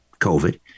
COVID